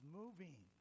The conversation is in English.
moving